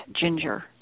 Ginger